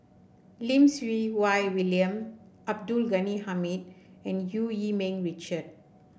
Lim Siew Wai William Abdul Ghani Hamid and Eu Yee Ming Richard